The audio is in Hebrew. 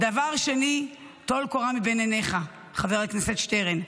דבר שני, טול קורה מבין עיניך, חבר הכנסת שטרן.